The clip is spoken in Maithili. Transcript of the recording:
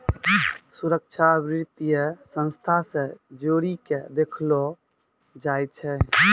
सुरक्षा वित्तीय संस्था से जोड़ी के देखलो जाय छै